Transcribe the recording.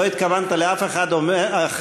לא התכוונת לאף אחד אחר,